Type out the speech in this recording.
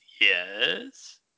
Yes